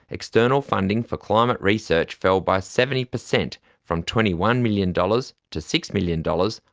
external funding for climate research fell by seventy percent, from twenty one million dollars to six million dollars,